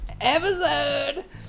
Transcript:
Episode